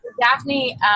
Daphne